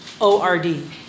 O-R-D